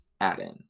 add-in